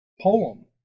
poem